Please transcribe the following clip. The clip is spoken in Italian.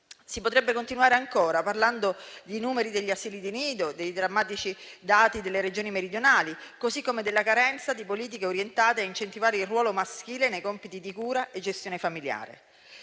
Si potrebbe continuare ancora parlando dei numeri degli asili di nido, dei drammatici dati delle Regioni meridionali, così come della carenza di politiche orientate a incentivare il ruolo maschile nei compiti di cura e di gestione familiare.